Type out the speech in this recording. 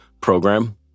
program